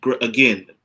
Again